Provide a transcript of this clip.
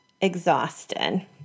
exhausted